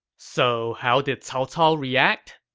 so, how did cao cao react?